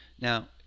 Now